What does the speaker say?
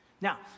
Now